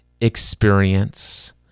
experience